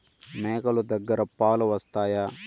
మేక లు దగ్గర పాలు వస్తాయా?